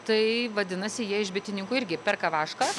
tai vadinasi jie iš bitininkų irgi perka vašką